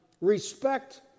Respect